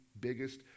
biggest